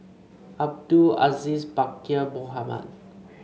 Abdul Aziz Pakkeer Mohamed